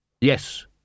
Yes